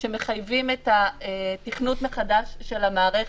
שמחייבים את התכנות מחדש של המערכת.